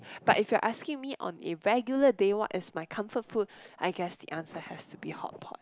but if you are asking on a regular day one as my comfort food I guess the answer has to be hotpot